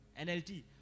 NLT